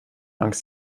angst